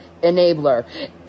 enabler